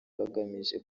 bagamije